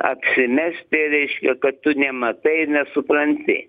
apsimesti reiškia kad tu nematai ir nesupranti